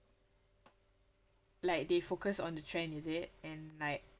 like they focus on the trend is it and like